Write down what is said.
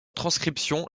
transcription